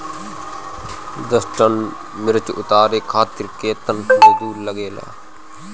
दस टन मिर्च उतारे खातीर केतना मजदुर लागेला?